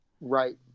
Right